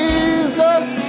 Jesus